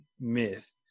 myth